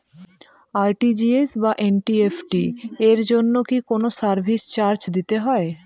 RTGS বা NEFT এর জন্য কি কোনো সার্ভিস চার্জ দিতে হয়?